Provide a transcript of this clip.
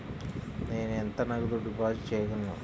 నేను ఎంత నగదు డిపాజిట్ చేయగలను?